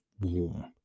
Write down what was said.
warm